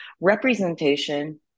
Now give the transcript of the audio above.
representation